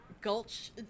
Gulch